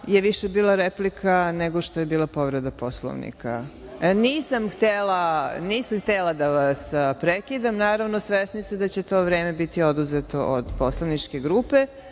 je više bila replika nego što je bila povreda Poslovnika. Nisam htela da vas prekidam. Naravno, svesni ste da će to vreme biti oduzeto od poslaničke grupe.